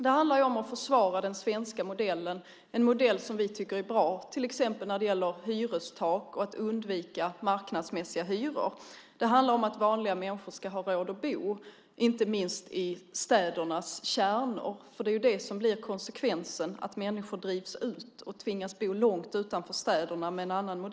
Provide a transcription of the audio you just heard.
Det handlar om att försvara den svenska modellen, en modell som vi tycker är bra till exempel när det gäller hyrestak och för att undvika marknadsmässiga hyror. Det handlar om att vanliga människor ska ha råd att bo, inte minst i städernas kärnor. Konsekvensen av en annan modell blir att människor drivs ut och tvingas att bo långt utanför städerna.